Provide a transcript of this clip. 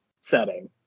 setting